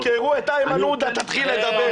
כשיחקרו את איימן עודה תתחיל לדבר.